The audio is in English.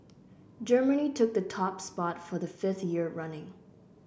Germany took the top spot for the fifth year running